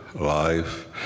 life